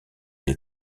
des